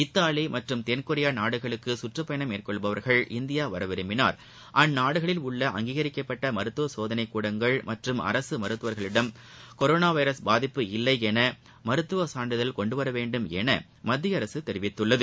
Italy மற்றும் தென்கொரியா நாடுகளுக்கு குற்றுப் பயணம் மேற்கொள்பவர்கள் இந்தியா வர விரும்பினால் அந்நாடுகளில் உள்ள அங்கீகரிக்கப்பட்ட மருத்துவ சேதனை கூடங்கள் மற்றும் அரசு மருத்துவர்களிடம் கொரோனா வைரஸ் பாதிப்பில்லை என மருத்துவச் சான்றிதழ் கொண்டு வர வேண்டும் என மத்திய அரசு தெரிவித்துள்ளது